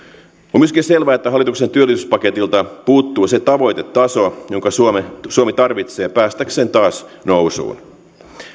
on myöskin selvää että hallituksen työllisyyspaketilta puuttuu se tavoitetaso jonka suomi tarvitsee päästäkseen taas nousuun